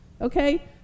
Okay